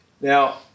Now